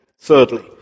thirdly